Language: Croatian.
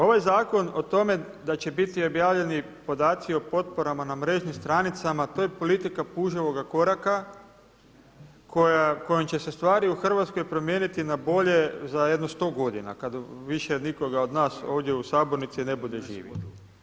Ovaj zakon o tome da će biti objavljeni podaci o potporama na mrežnim stranicama to je politika puževoga koraka kojom će se stvari u Hrvatskoj promijeniti na bolje za jedno 100 godina kada više nikoga od nas ovdje u sabornici ne bude živih.